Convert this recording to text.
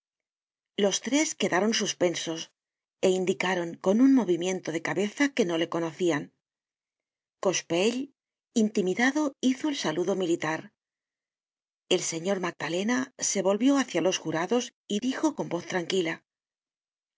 los tres quedaron suspensos é indicaron con un movimiento de ca beza que no le conocían cochepaille intimidado hizo el saludo militar el señor magdalena se volvió hacia los jurados y dijo con voz tranquila